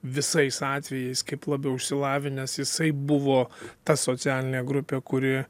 visais atvejais kaip labiau išsilavinęs jisai buvo ta socialinė grupė kuri